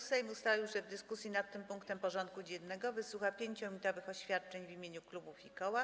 Sejm ustalił, że w dyskusji nad tym punktem porządku dziennego wysłucha 5-minutowych oświadczeń w imieniu klubów i koła.